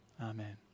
Amen